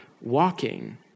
walking